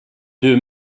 deux